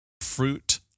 fruit